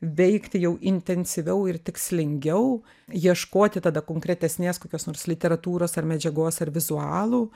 veikti jau intensyviau ir tikslingiau ieškoti tada konkretesnės kokios nors literatūros ar medžiagos ar vizualų